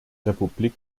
republik